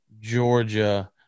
Georgia